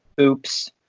oops